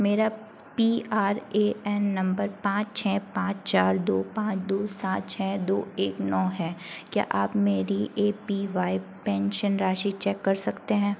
मेरा P R A N number पाँच छः पाँच चार दो पाँच दो सात छः दो एक नौ है क्या आप मेरी ए पी वाई पेंशन राशि चेक कर सकते हैं